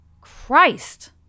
Christ